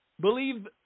Believe